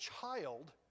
child